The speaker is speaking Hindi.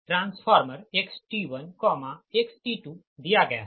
ट्रांसफार्मर xT1 xT2दिया गया है